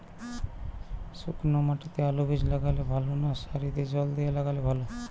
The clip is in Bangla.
শুক্নো মাটিতে আলুবীজ লাগালে ভালো না সারিতে জল দিয়ে লাগালে ভালো?